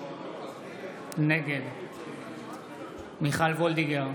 נגד מיכל מרים וולדיגר,